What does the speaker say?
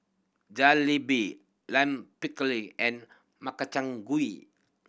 Jalebi Lime Pickle and Makchang Gui